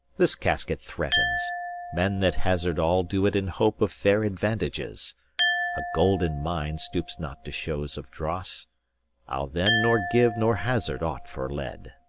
this casket threatens men that hazard all do it in hope of fair advantages a golden mind stoops not to shows of dross i'll then nor give nor hazard aught for lead.